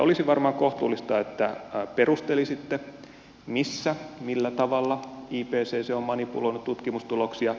olisi varmaan kohtuullista että perustelisitte missä millä tavalla ipcc on manipuloinut tutkimustuloksia